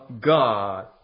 God